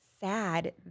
sad